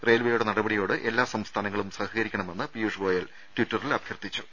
റെയിൽവേയുടെ നടപടിയോട് എല്ലാ സംസ്ഥാനങ്ങളും സഹകരിക്കണമെന്ന് പിയൂഷ് ഗോയൽ ട്വിറ്ററിൽ അഭ്യർത്ഥിച്ചു